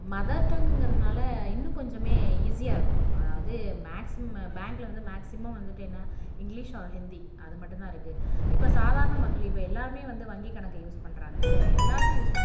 mother டங்குங்கிறதுனால் இன்னும் கொஞ்சம் ஈஸியாக இருக்கும் அதாவது மேக்சிமம் பேங்கில் வந்து மேக்சிமம் வந்துட்டு என்ன இங்கிலீஷ் ஆர் ஹிந்தி அது மட்டும்தான் இருக்குது இப்போ சாதாரண மக்கள் இப்போ எல்லாருமே வந்து வங்கி கணக்கு யூஸ் பண்ணுறாங்க இல்லையா எல்லாருமே யூஸ் பண்ணுறாங்க